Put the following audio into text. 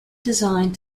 designed